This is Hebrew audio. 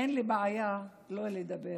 אין לי בעיה לא לדבר